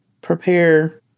prepare